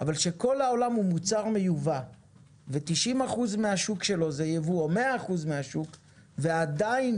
אבל כשכל העולם הוא מוצר מיובא ו-90% או 100% מהשוק שלו זה יבוא ועדיין